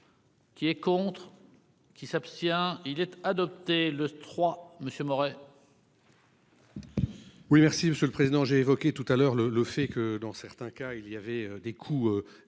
Qui est contre. Qui s'abstient-il être adopté le trois monsieur Moret. Oui, merci Monsieur le Président, j'ai évoqué tout à l'heure le le fait que dans certains cas, il y avait des coups